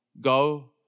go